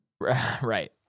Right